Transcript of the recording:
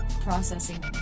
Processing